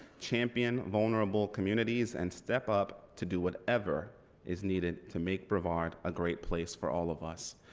champion vulnerable communities and step up to do whatever is needed to make brevard a great place for all of us.